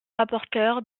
rapporteur